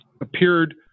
Appeared